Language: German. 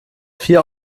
vier